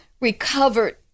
recovered